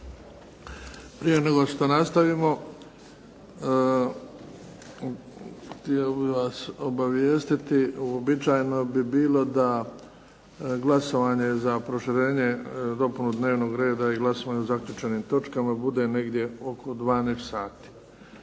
Prije nego što nastavimo htio bih vas obavijestiti, uobičajeno bi bilo da glasovanje za proširenje, dopunu dnevnog reda i glasovanje o zaključenim točkama bude negdje oko 12 sati.